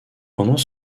pendant